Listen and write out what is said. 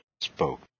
spoke